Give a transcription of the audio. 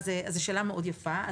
זו שאלה מאוד יפה.